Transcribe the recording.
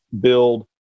build